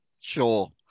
Sure